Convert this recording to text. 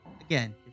Again